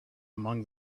among